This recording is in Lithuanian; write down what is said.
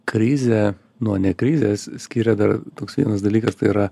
krizę nuo ne krizės skiria dar toks vienas dalykas tai yra